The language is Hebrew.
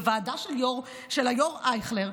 בוועדה של היו"ר אייכלר,